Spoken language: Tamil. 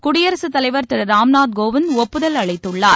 குடியரக தலைவர் திரு ராம்நாத் கோவிந்த் ஒப்புதல் அளித்துள்ளார்